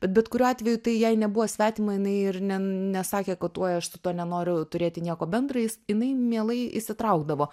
bet kuriuo atveju tai jai nebuvo svetima jinai ir nesakė kad uoj aš su tuo nenoriu turėti nieko bendro įs jinai mielai įsitraukdavo